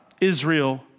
Israel